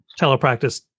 telepractice